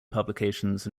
publications